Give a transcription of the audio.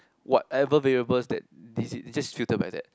whatever variables that is it they just filter by that